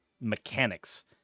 mechanics